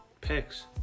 picks